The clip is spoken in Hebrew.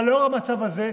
אבל לנוכח המצב הזה,